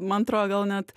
man atrodo gal net